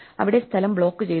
അവിടെ സ്ഥലം ബ്ലോക്ക് ചെയ്തോ